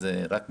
וזה רק מעודד.